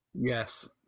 Yes